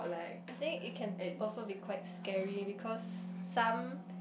I think it can also be quite scary because some